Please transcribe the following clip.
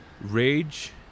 rage